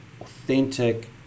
authentic